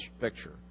picture